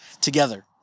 together